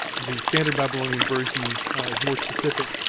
the standard babylonian version is more specific.